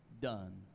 done